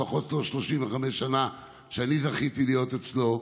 לפחות לא ב-35 שנה שאני זכיתי להיות אצלו,